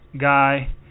guy